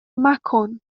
مکن